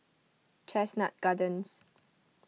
Chestnut Gardens